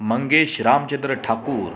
Mangesh Ramchandra Thakur